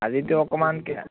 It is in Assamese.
আজিতো অকণমান